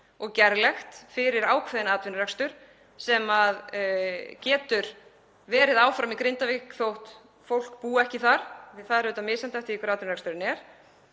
og gerlegt fyrir ákveðinn atvinnurekstur sem getur verið áfram í Grindavík þótt fólk búi ekki þar, því það er auðvitað misjafnt eftir því hver atvinnureksturinn er.